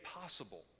possible